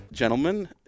Gentlemen